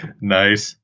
Nice